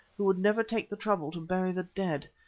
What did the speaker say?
who would never take the trouble to bury the dead.